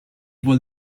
vuol